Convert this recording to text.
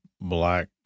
black